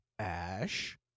Ash